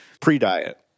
Pre-diet